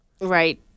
right